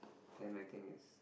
then I think is